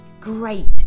great